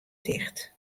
ticht